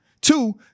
Two